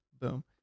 Boom